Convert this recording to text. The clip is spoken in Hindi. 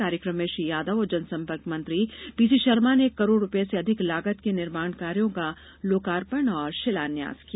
कार्यकम में श्री यादव और जनसंपर्क मंत्री पीसी शर्मा ने एक करोड़ रूपये से अधिक लागत के निर्माण कार्यो का लोकार्पण और शिलान्यास किया